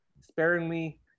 sparingly –